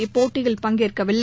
இப்போட்டியில் பங்கேற்கவில்லை